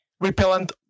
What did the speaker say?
repellent